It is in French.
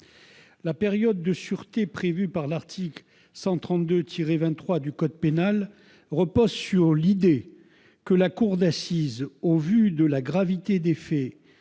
La période de sûreté prévue par l'article 132-23 du code pénal repose sur l'idée que la cour d'assises, au vu de la gravité des faits,